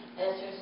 answers